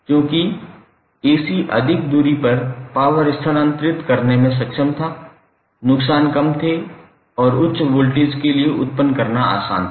चूँकि AC अधिक दूरी तक पॉवर स्थानांतरित करने में सक्षम था नुकसान कम थे और उच्च वोल्टेज के लिए उत्पन्न करना आसान था